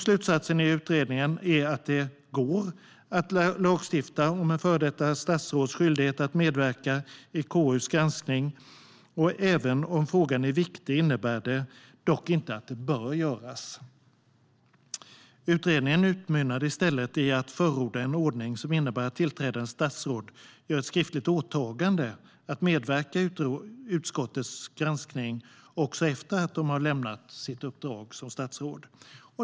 Slutsatsen i utredningen är att det går att lagstifta om ett före detta statsråds skyldighet att medverka i KU:s granskning men att det, även om frågan är viktig, inte innebär att det bör göras. Utredningen utmynnade i stället i att förorda en ordning som innebär att tillträdande statsråd gör ett skriftligt åtagande att medverka i utskottets granskning också efter att de har lämnat sina uppdrag som statsråd.